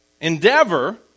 endeavor